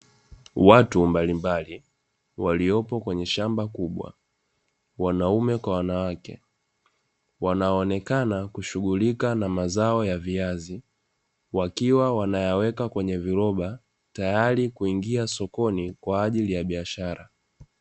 Watu mbalimbali waliopo kwenye shamba kubwa, wanaume kwa wanawake, wanaonekana kushughulika na mazao ya viazi. Wakiwa wanayaweka kwenye viroba, tayari kuingia sokoni kwa ajili ya biashara.